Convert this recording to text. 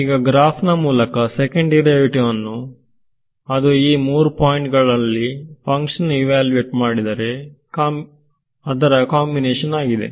ಈಗ ಗ್ರಾಫ್ ನ ಮೂಲಕ ಸೆಕೆಂಡ್ ಡಿರೈವೇಟಿವ್ ಏನುಅದು ಈ ಮೂರು ಪಾಯಿಂಟ್ ಗಳಲ್ಲಿ ಫಂಕ್ಷನ್ನು ಇವಾಲುವೇಟ್ ಮಾಡಿದರ ಕಾಂಬಿನೇಷನ್ ಆಗಿದೆ